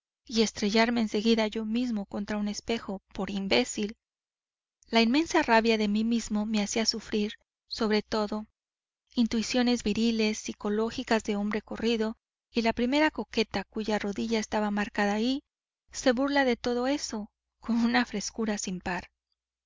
y estrellarme en seguida yo mismo contra un espejo por imbécil la inmensa rabia de mí mismo me hacía sufrir sobre todo intuiciones viriles sicologías de hombre corrido y la primer coqueta cuya rodilla está marcada allí se burla de todo eso con una frescura sin par